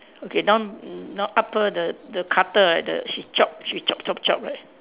okay now now upper the the cutter right the she chop she chop chop chop right